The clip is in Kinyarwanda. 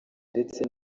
ndetse